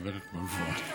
חברך,